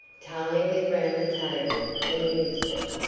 tarling was round the table in an instant,